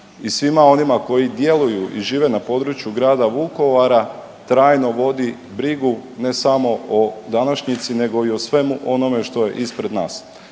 i svima onima koji djeluju i žive na području grada Vukovara, trajno vodi brigu, ne samo o današnjici nego i o svemu onome što je ispred nas.